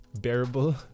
bearable